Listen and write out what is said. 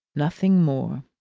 nothing more.